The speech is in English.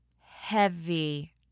Heavy